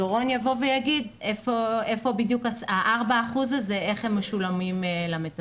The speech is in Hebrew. דורון יאמר איפה בדיוק ארבעת האחוזים האלה ואיך הם משולמים למטפלות.